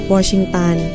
Washington